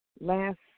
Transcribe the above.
last